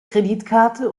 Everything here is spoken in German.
kreditkarte